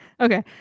Okay